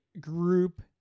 group